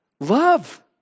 Love